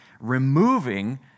removing